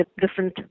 different